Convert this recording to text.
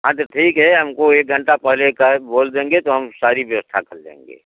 हाँ तो ठीक है हमको एक घंटा पहले का बोल देंगे तो हम सारी व्यवस्था कर लेंगे